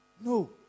No